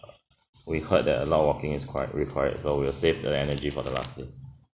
we heard that a lot of walking is required required so we'll safe the energy for the last day